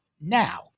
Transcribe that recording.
now